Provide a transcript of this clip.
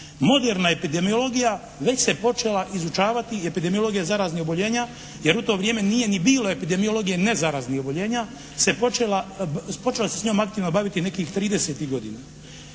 Moderna epidemiologija već se počela izučavati i epidemiologija zaraznih oboljenja jer u to vrijeme nije ni bilo epidemiologije nezaraznih oboljenja, počela se s njima aktivno baviti nekih tridesetih